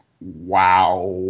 Wow